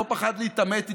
לא פחד להתעמת איתו,